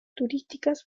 turísticas